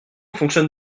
fonctionne